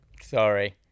Sorry